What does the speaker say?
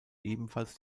ebenfalls